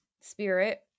spirit